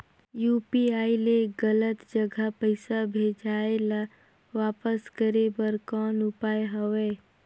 UPI ले गलत जगह पईसा भेजाय ल वापस करे बर कौन उपाय हवय?